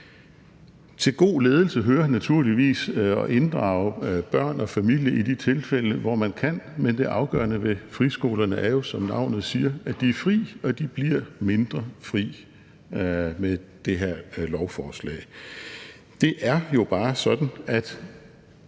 Til god ledelse hører naturligvis at inddrage børn og familie i de tilfælde, hvor man kan, men det afgørende ved friskolerne er jo, som navnet siger, at de er fri, og de bliver mindre fri med det her lovforslag. Det er jo bare sådan, at